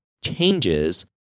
changes